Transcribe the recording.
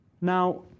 Now